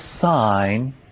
sign